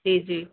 जी जी